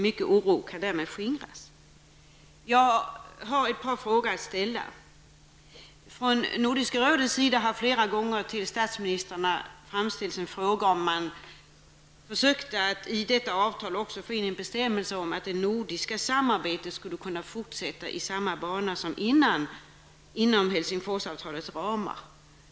Mycken oro kan därmed skingras. Jag har ett par frågor. Från Nordiska rådets sida har man flera gånger frågat statsministrarna om man försökt att i detta avtal också få in en bestämmelse om att det nordiska samarbetet skall fortsätta i samma bana som tidigare, inom Helsingforsavtalets ramar.